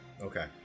Okay